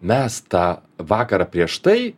mes tą vakarą prieš tai